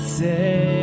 say